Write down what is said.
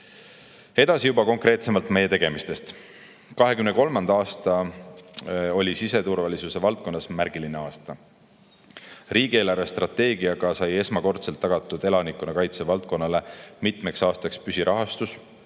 Edasi juba konkreetsemalt meie tegemistest. 2023. aasta oli siseturvalisuse valdkonnas märgiline aasta. Riigi eelarvestrateegiaga sai esmakordselt tagatud elanikkonnakaitse valdkonnale mitmeks aastaks püsirahastus.